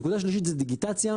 נקודה שלישית זה דיגיטציה.